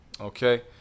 okay